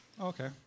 Okay